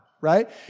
right